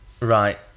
Right